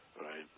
right